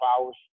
hours